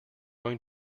going